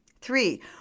Three